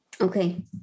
Okay